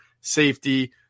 safety